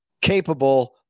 capable